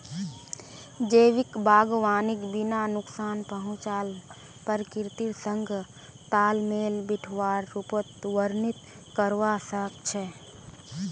जैविक बागवानीक बिना नुकसान पहुंचाल प्रकृतिर संग तालमेल बिठव्वार रूपत वर्णित करवा स ख छ